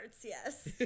yes